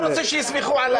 אני לא רוצה שיסמכו עליי.